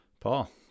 Paul